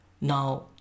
Now